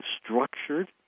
structured